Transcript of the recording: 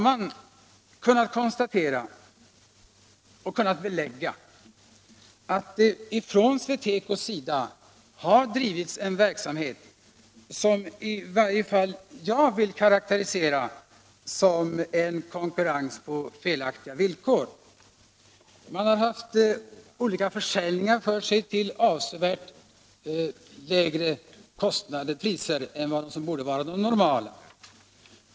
Man har kunnat belägga att SweTeco har drivit en verksamhet som i varje fall jag vill karakterisera såsom en konkurrens på felaktiga villkor. Företaget har gjort olika försäljningar till avsevärt lägre priser än som borde vara normalt.